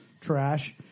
trash